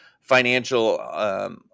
financial